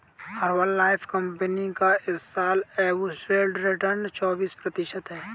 Herbalife company का इस साल एब्सोल्यूट रिटर्न चौबीस प्रतिशत है